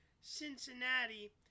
Cincinnati